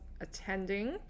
attending